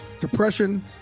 Depression